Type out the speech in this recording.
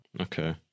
Okay